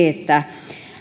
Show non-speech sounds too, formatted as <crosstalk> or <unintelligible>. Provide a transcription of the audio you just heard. <unintelligible> että